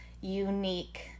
unique